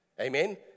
amen